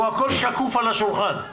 פה הכול שקוף על השולחן.